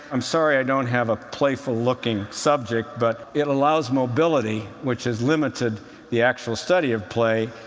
i'm sorry i don't have a playful-looking subject, but it allows mobility, which has limited the actual study of play.